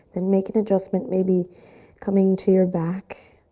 then make an adjustment, maybe coming to your back